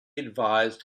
advised